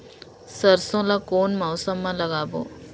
सरसो ला कोन मौसम मा लागबो?